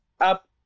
up